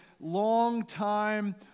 long-time